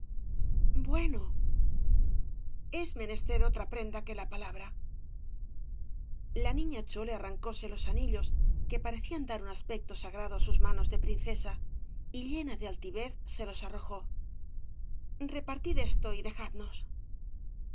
clan es menester otra prenda que la palabra la niña chole arrancóse los anillos que parecían dar un aspecto sagrado á sus manos de princesa y llena de altivez se los arrojó repartid eso y dejadnos